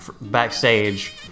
backstage